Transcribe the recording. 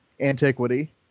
antiquity